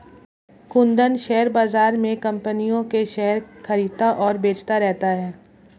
Kundan share बाज़ार में कम्पनियों के शेयर खरीदता और बेचता रहता है